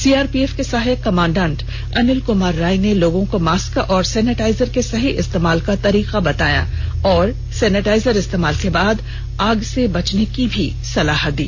CRPF के सहायक commandant Anil Kumar Rai ने लोगों को मास्क और सेनीटाईजर के सही इस्तेमाल का तरीका बताया और सेनिटाइजर इस्तेमाल के बाद आग से बचने की भी सलाह भी दी